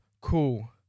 cool